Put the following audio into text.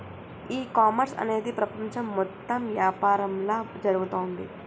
ఈ కామర్స్ అనేది ప్రపంచం మొత్తం యాపారంలా జరుగుతోంది